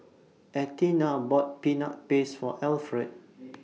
Athena bought Peanut Paste For Alferd